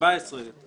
הסתייגות 17: